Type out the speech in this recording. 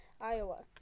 iowa